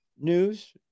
news